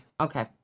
Okay